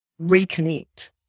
reconnect